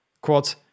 Quote